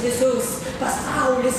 visus pasaulis